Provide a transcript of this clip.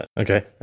Okay